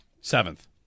Seventh